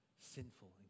sinful